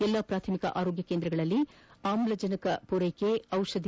ಎಲ್ಲಾ ಪ್ರಾಥಮಿಕ ಆರೋಗ್ಯ ಕೇಂದ್ರಗಳಲ್ಲಿ ಆಕ್ಲಿಜನ್ ದಿಷಧಿ